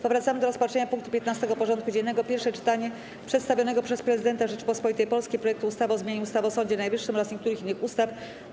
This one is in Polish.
Powracamy do rozpatrzenia punktu 15. porządku dziennego: Pierwsze czytanie przedstawionego przez Prezydenta Rzeczypospolitej Polskiej projektu ustawy o zmianie ustawy o Sądzie Najwyższym oraz niektórych innych ustaw.